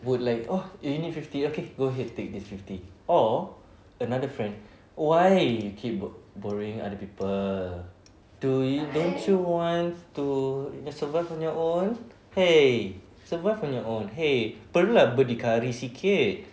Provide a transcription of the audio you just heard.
would like oh eh you need fifty go ahead and take this fifty or another friend why you keep b~ borrowing other people don't you want to survive on your own hey survive on your own hey pergi berdikari sikit